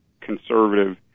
conservative